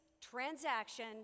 transaction